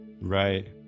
Right